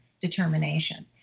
determination